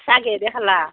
চাহ কিহেদি খালা